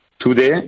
Today